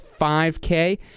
5K